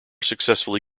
successfully